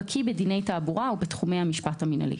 הבקיא בדיני תעבורה ובתחומי המשפט המינהלי.